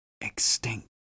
extinct